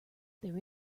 there